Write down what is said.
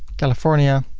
california,